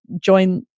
join